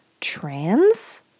Trans